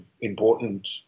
important